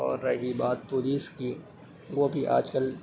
اور رہی بات پولیس کی وہ بھی آج کل